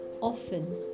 Often